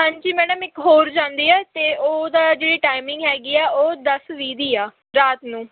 ਹਾਂਜੀ ਮੈਡਮ ਇੱਕ ਹੋਰ ਜਾਂਦੀ ਹੈ ਅਤੇ ਉਹਦਾ ਜਿਹੜੀ ਟਾਈਮਿੰਗ ਹੈਗੀ ਆ ਉਹ ਦਸ ਵੀਹ ਦੀ ਆ ਰਾਤ ਨੂੰ